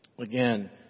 Again